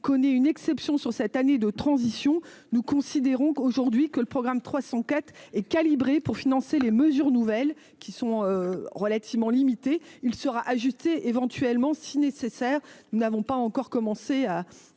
connaît une exception sur cette année de transition, nous considérons qu'aujourd'hui que le programme 300 Kate et calibrée pour financer les mesures nouvelles qui sont relativement limités, il sera ajouté éventuellement, si nécessaire, nous n'avons pas encore commencé à